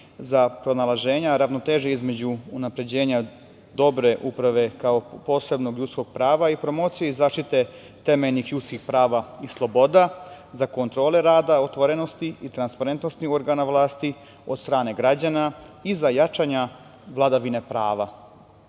za pronalaženje ravnoteže između unapređenja dobre uprave kao posebnog ljudskog prava i promocije i zaštite temeljnih ljudskih prava i sloboda, za kontrole rada, otvorenosti i transparentnosti organa vlasti od strane građana i za jačanja vladavine